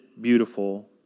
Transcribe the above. beautiful